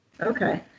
Okay